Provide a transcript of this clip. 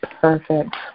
perfect